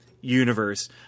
universe